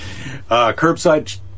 curbside